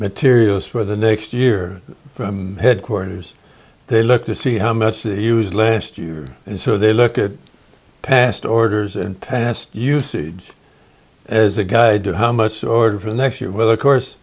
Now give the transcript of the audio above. materials for the next year from headquarters they look to see how much they used last year and so they look at past orders and past usage as a guide to how much order for next year will or course